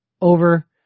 Over